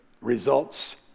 results